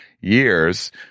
years